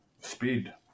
speed